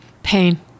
Pain